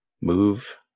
move